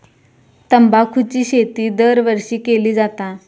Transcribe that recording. तंबाखूची शेती दरवर्षी केली जाता